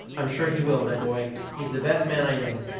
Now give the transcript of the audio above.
i'm sure he will, my boy he's the best man i know.